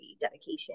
dedication